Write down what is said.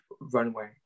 runway